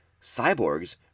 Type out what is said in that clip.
cyborgs